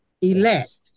elect